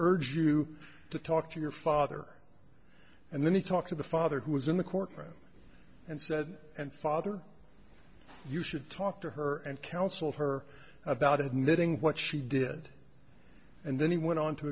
urge you to talk to your father and let me talk to the father who was in the courtroom and said and father you should talk to her and counsel her about admitting what she did and then he went on to